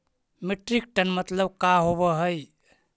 Metric ton मतलब का होव हइ?